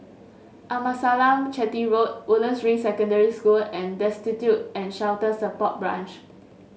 Amasalam Chetty Road Woodlands Ring Secondary School and Destitute and Shelter Support Branch